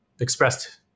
expressed